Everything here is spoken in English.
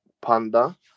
Panda